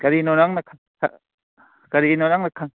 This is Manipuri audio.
ꯀꯔꯤꯅꯣ ꯅꯪꯅ ꯈꯪ ꯀꯔꯤꯅꯣ ꯅꯪꯅ ꯈꯪ